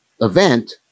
event